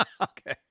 Okay